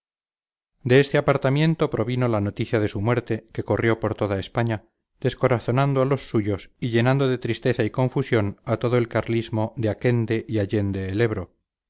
de este apartamiento provino la noticia de su muerte que corrió por toda españa descorazonando a los suyos y llenando de tristeza y confusión a todo el carlismo de aquende y allende